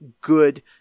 good